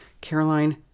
Caroline